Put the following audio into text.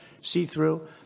see-through